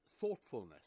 thoughtfulness